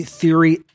theory